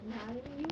ya then you leh